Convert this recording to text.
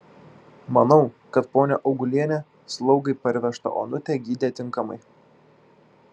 manau kad ponia augulienė slaugai parvežtą onutę gydė tinkamai